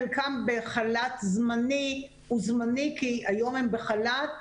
חלקם בחל"ת זמני הוא זמני כי היום הם בחל"ת,